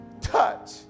touch